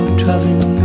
traveling